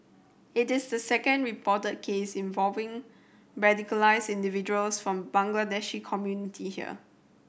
it is the second reported case involving radicalised individuals from Bangladeshi community here